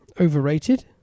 overrated